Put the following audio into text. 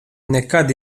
nekad